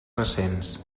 recents